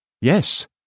Yes